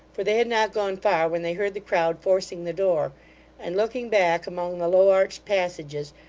for they had not gone far when they heard the crowd forcing the door and, looking back among the low-arched passages,